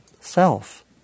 self